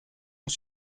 ont